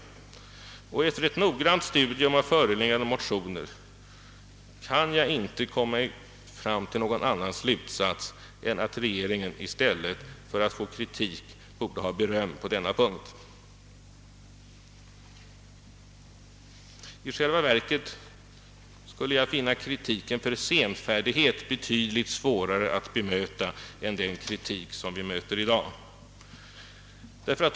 Efter ett noggrant studium av föreliggande motioner kan jag inte heller komma fram till någon annan slutsats än att regeringen i stället för att få kritik borde ha beröm på denna punkt. I själva verket skulle jag finna kritiken för senfärdighet betydligt svårare att bemöta än den kritik vi har att bemöta i dag.